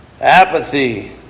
Apathy